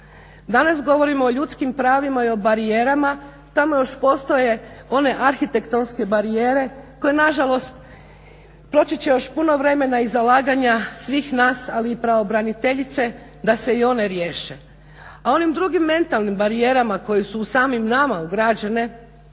Danas govorimo o ljudskim pravima i o barijerama, tamo još postoje one arhitektonske barijere koje nažalost proći će još puno vremena i zalaganja svih nas, ali i pravobraniteljice da se i one riješe. A onim drugim mentalnim barijerama koje su u samim nama ugrađene